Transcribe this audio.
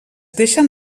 deixen